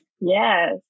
Yes